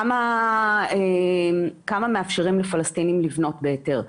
כמה מאפשרים לפלסטינים לבנות בהיתר,